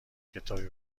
کتابی